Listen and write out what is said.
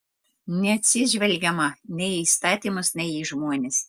neatsižvelgiama nei į įstatymus nei į žmones